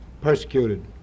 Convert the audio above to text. persecuted